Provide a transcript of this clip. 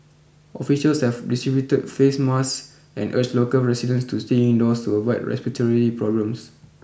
officials have distributed face masks and urged local residents to stay indoors to avoid respiratory problems